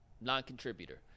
non-contributor